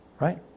right